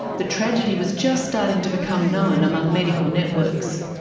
the tragedy was just starting to become known among medical networks.